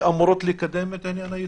שאמורות לקדם את עניין הייצוג,